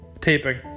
taping